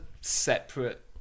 separate